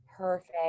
Perfect